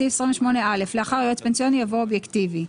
בסעיף 28א לאחר "יועץ פנסיוני" יבוא "אובייקטיבי".